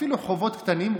אפילו חובות קטנים,